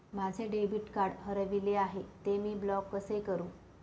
माझे debit card हरविले आहे, ते मी ब्लॉक कसे करु?